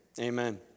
amen